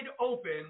open